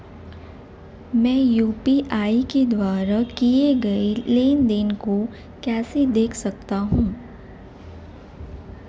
मैं यू.पी.आई के द्वारा किए गए लेनदेन को कैसे देख सकता हूं?